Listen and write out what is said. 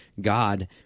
God